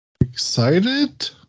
excited